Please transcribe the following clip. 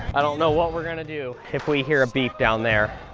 i don't know what we're going to do if we hear a beep down there.